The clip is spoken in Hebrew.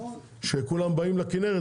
שכולם באים לכנרת.